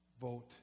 vote